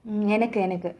mm எனக்கு எனக்கு:enaku enaku